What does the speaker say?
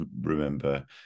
remember